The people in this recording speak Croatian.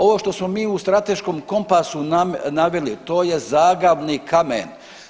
Ovo što smo mi u strateškom kompasu naveli to je zaglavni kamen.